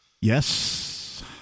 Yes